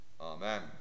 Amen